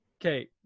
Okay